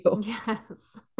Yes